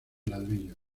ladrillo